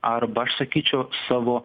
arba aš sakyčiau savo